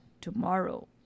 tomorrow